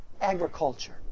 agriculture